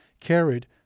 carried